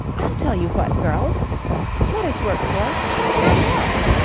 i'll tell you what, girls let us work for manuel